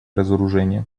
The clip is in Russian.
разоружение